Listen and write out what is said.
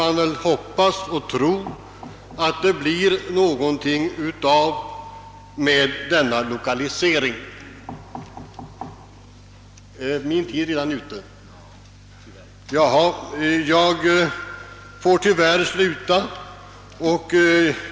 Jag hoppas att resultatet av dessa överläggningar blir positivt. Eftersom min repliktid är ute får jag tyvärr sluta nu.